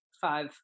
five